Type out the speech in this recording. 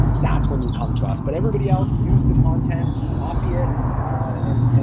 that's when you come to us. but everybody else, use the content, copy it and,